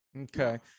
Okay